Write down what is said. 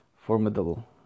formidable